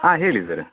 ಹಾಂ ಹೇಳಿ ಸರ್